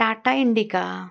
Tata Indica